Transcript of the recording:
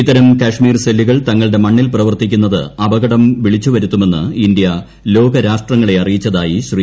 ഇത്തരം കാശ്മീർ സെല്ലുകൾ തങ്ങളുടെ മണ്ണിൽ പ്രവർത്തിക്കുന്നത് അപകടം വിളിച്ചുവരുത്തുമെന്ന് ഇന്ത്യ ലോകരാഷ്ട്രങ്ങളെ അറിയിച്ചതായി ശ്രീ